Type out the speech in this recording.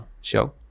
show